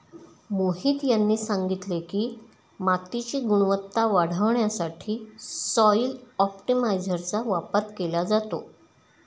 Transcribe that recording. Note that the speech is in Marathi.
मोहित यांनी सांगितले की, मातीची गुणवत्ता वाढवण्यासाठी सॉइल ऑप्टिमायझरचा वापर केला जातो